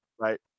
Right